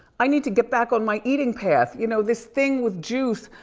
i need to get back on my eating path. you know, this thing with juice,